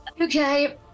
Okay